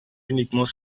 uniquement